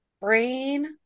Brain